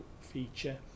feature